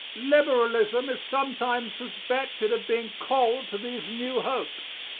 liberalism is sometimes suspected of being cold to these new hopes,